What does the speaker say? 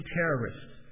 terrorists